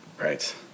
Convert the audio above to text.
Right